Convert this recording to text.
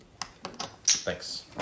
Thanks